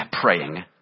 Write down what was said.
praying